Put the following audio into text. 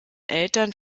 eltern